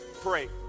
pray